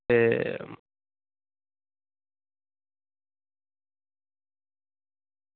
ते